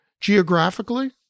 geographically